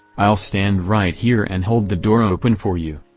i'll stand right here and hold the door open for you.